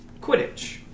Quidditch